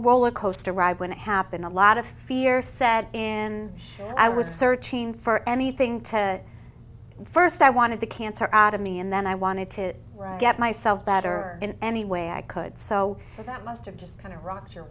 rollercoaster ride when it happened a lot of fear set in and i was searching for anything to first i wanted the cancer out of me and then i wanted to get myself better in any way i could so that must have just kind of r